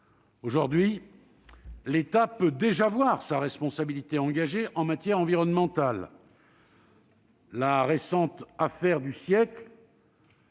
Aujourd'hui, l'État peut déjà voir sa responsabilité engagée en matière environnementale. La récente « affaire du siècle